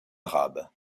arabe